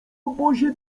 obozie